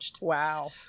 Wow